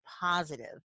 positive